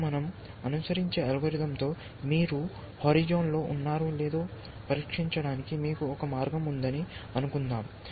మరియు మనం అనుసరించే అల్గోరిథం తో మీరు హోరిజోన్ లో ఉన్నారో లేదో పరీక్షించడానికి మీకు ఒక మార్గం ఉందని అనుకుందాం